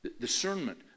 Discernment